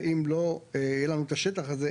ואם לא יהיה לנו את השטח הזה,